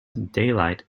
daylight